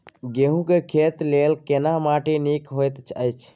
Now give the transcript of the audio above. गेहूँ के खेती लेल केना माटी नीक होयत अछि?